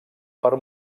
per